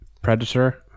Predator